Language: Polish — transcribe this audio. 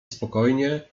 spokojnie